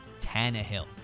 Tannehill